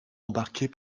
embarquer